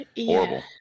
Horrible